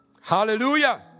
hallelujah